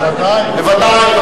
בוודאי.